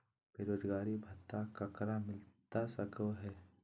बेरोजगारी भत्ता ककरा मिलता सको है?